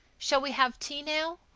shall we have tea now?